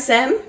Sam